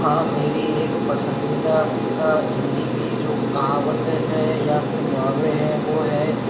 हाँ मेरी एक पसंदीदा हिंदी की जो कहावतें है या फिर मुहावरें हैं वो हैं